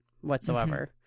whatsoever